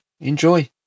Enjoy